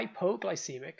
hypoglycemic